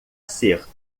ser